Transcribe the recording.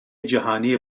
جهانی